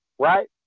Right